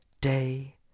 day